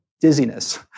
dizziness